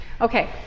Okay